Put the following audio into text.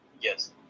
Yes